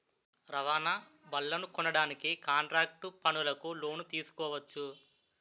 రవాణా బళ్లనుకొనడానికి కాంట్రాక్టు పనులకు లోను తీసుకోవచ్చు